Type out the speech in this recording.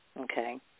okay